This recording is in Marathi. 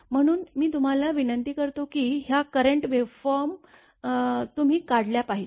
म्हणून मी तुम्हाला विनंती करतो की ह्या करंट वेव्हफॉर्म तुम्ही काढल्या पाहिजे